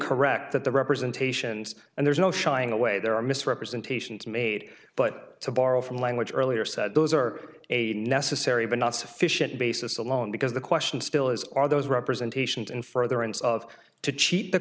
correct that the representations and there's no shying away there are misrepresentations made but to borrow from language earlier said those are a necessary but not sufficient basis alone because the question still is are those representations in furtherance of to cheat the